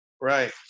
right